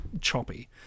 choppy